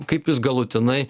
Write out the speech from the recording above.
kaip jis galutinai